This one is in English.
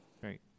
Great